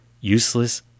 Useless